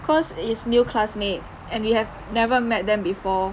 cause it's new classmates and we have never met them before